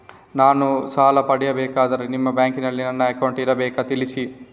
ನಾನು ಸಾಲ ಪಡೆಯಬೇಕಾದರೆ ನಿಮ್ಮ ಬ್ಯಾಂಕಿನಲ್ಲಿ ನನ್ನ ಅಕೌಂಟ್ ಇರಬೇಕಾ ತಿಳಿಸಿ?